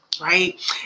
Right